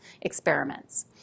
experiments